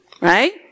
right